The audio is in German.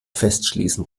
festschließen